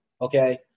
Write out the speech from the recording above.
Okay